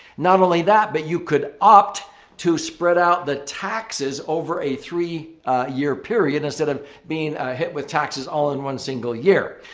not only that but you could opt to spread out the taxes over a three year period instead of being ah hit with taxes all in one single year.